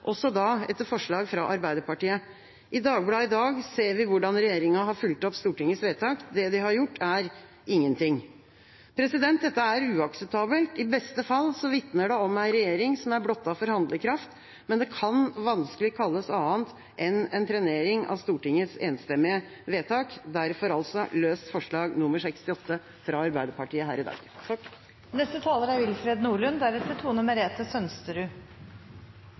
også da etter forslag fra Arbeiderpartiet. I Dagbladet i dag ser vi hvordan regjeringa har fulgt opp Stortingets vedtak. Det de har gjort, er – ingenting. Dette er uakseptabelt. I beste fall vitner det om en regjering som er blottet for handlekraft, men det kan vanskelig kalles annet enn en trenering av Stortingets enstemmige vedtak – derfor dette forslaget fra Arbeiderpartiet her i dag.